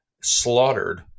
slaughtered